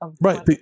right